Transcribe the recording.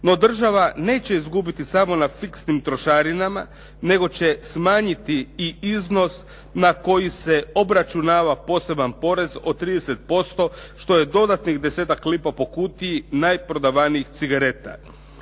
no država neće izgubiti samo na fiksnim trošarinama nego će smanjiti i iznos na koji se obračunava poseban porez od 30% što je dodatnih desetak lipa po kutiji najprodavanijih cigareta.